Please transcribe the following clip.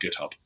GitHub